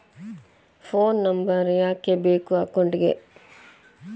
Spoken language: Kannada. ಫೋನ್ ನಂಬರ್ ಯಾಕೆ ಬೇಕು ಅಕೌಂಟಿಗೆ?